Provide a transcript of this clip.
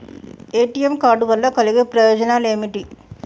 ATM card వల్ల కలిగే ప్రయోజనాలు ఏమిటి?